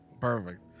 Perfect